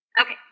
Okay